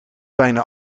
bijna